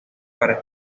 para